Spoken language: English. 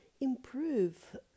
improve